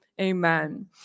Amen